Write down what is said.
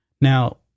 Now